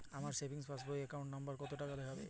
আমার savings passbook র account number টা দেখাবেন?